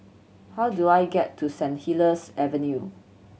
how do I get to Saint Helier's Avenue